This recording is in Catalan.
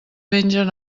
mengen